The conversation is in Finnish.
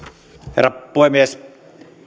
herra puhemies